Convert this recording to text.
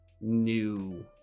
new